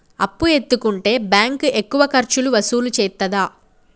అప్పు ఎత్తుకుంటే బ్యాంకు ఎక్కువ ఖర్చులు వసూలు చేత్తదా?